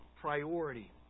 Priority